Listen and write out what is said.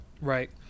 Right